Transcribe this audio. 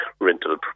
rental